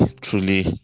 truly